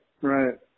right